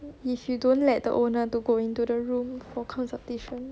if you don't let the owner to go into the room for consultation